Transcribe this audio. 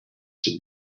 should